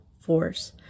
force